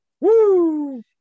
Woo